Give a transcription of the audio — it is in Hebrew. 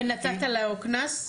ונתת קנס?